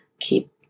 keep